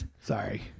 Sorry